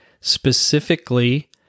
specifically